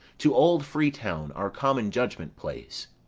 to old freetown, our common judgment place.